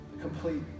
complete